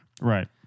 Right